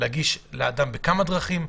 להגיש לאדם בכמה דרכים,